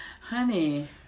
honey